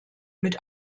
mit